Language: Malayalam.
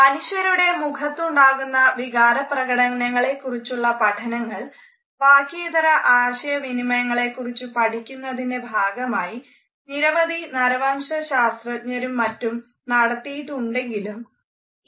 മനുഷ്യരുടെ മുഖത്തുണ്ടാകുന്ന വികാരപ്രകടനങ്ങളെക്കുറിച്ചുള്ള പഠനങ്ങൾ വാക്യേതര ആശയവിനിമയങ്ങളെക്കുറിച്ചു പഠിക്കുന്നതിന്റെ ഭാഗമായി നിരവധി നരവംശ ശാസ്ത്രജ്ഞരും മറ്റും നടത്തിയിട്ടുണ്ടെങ്കിലും ഈ